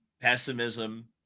pessimism